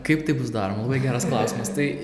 kaip tai bus daroma labai geras klausimas tai